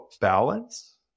balance